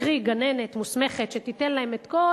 קרי גננת מוסמכת שתיתן להם את כל